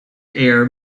air